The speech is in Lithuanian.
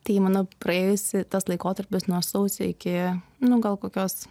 tai mano praėjusi tas laikotarpis nuo sausio iki nu gal kokios